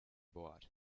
bord